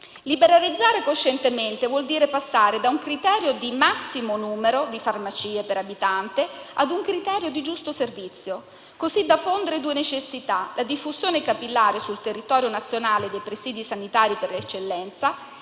Liberalizzare coscientemente vuol dire passare da un criterio di «massimo numero» di farmacie per abitante a un criterio di «giusto servizio», così da fondere due necessità: la diffusione capillare sul territorio nazionale dei presidi sanitari per eccellenza